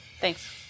Thanks